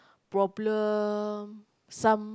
problem some